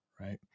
Right